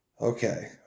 Okay